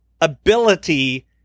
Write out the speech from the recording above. ability